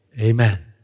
Amen